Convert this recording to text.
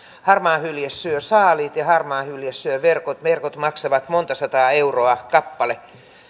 harmaahylje syö saaliit ja harmaahylje syö verkot verkot maksavat monta sataa euroa kappale